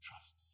trust